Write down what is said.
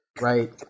right